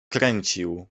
kręcił